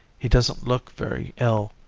he doesn't look very ill.